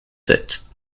sept